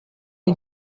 est